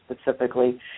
specifically